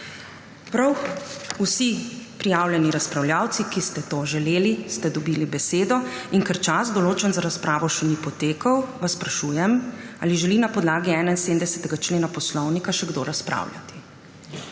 fronta. Vsi prijavljeni razpravljavci, ki ste to želeli, ste dobili besedo. Ker čas, določen za razpravo, še ni potekel, vas sprašujem, ali želi na podlagi 71. člena Poslovnika še kdo razpravljati.